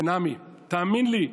בן עמי: תאמין לי,